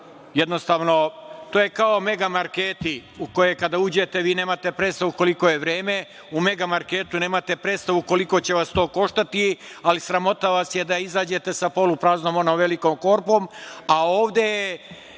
jednostavno to je kao mega marketi u koje kada uđete vi nemate predstavu koliko je vreme. U mega marketu nemate predstavu koliko će vas to koštati, ali sramota vas je da izađete sa polupraznom, onom velikom korpom, a ovde